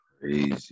crazy